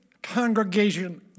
Congregation